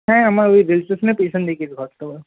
হ্যাঁ আমার ওই রেজিস্ট্রেশনের